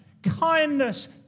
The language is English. Kindness